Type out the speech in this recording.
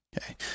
Okay